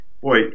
Boy